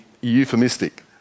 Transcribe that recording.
euphemistic